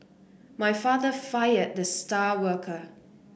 my father fired the star worker